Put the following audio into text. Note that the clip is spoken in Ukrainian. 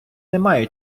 немає